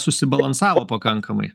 susibalansavo pakankamai